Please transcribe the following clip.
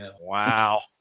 Wow